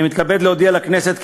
אני מתכבד להודיע לכנסת,